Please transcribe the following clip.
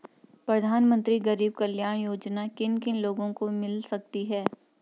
प्रधानमंत्री गरीब कल्याण योजना किन किन लोगों को मिल सकती है?